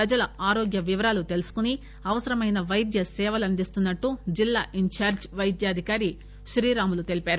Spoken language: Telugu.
ప్రజల ఆరోగ్య వివరాలు తెలుసుకుని అవసరమైన వైద్య సేవలు అందిస్తున్నట్లు జిల్లా ఇందార్టి వైద్యాధికారి శ్రీరాములు తెలిపారు